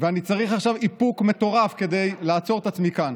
ואני צריך עכשיו איפוק מטורף כדי לעצור את עצמי כאן